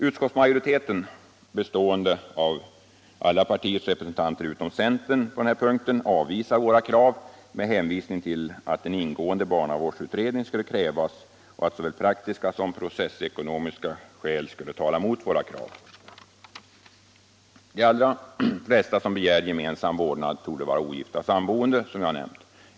Utskottsmajoriteten — bestående av representanter för alla partier utom centern på denna punkt — avvisar våra krav med hänvisning till att en ingående barnavårdsutredning skulle krävas och att såväl praktiska som processekonomiska skäl talar mot våra krav. De allra flesta som begär gemensam vårdnad torde vara ogifta sammanboende.